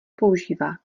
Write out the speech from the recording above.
používá